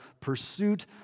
pursuit